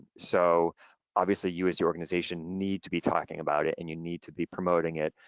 so obviously, you as your organization need to be talking about it and you need to be promoting it,